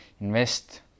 invest